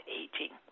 aging